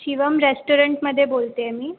शिवम रेस्टोरंटमध्ये बोलत आहे मी